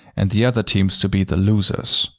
and the other teams to be the losers.